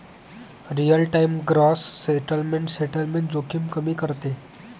real time gross settlement settlement जोखीम कमी करते